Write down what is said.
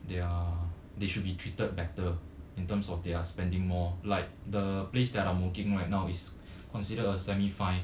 they are they should be treated better in terms of their spending more like the place that I'm working right now is considered a semi fine